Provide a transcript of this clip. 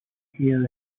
hill